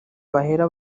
bahera